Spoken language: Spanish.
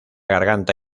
garganta